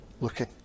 looking